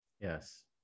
Yes